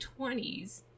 20s